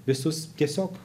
visus tiesiog